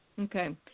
Okay